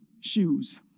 shoes